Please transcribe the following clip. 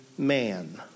Man